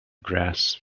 grass